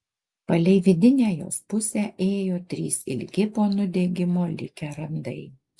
palei vidinę jos pusę ėjo trys ilgi po nudegimo likę randai